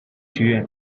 学院